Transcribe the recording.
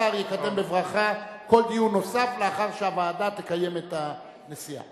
השר יקדם בברכה כל דיון נוסף לאחר שהוועדה תקיים את הנסיעה.